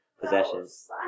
possessions